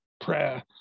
prayer